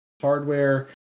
hardware